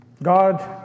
God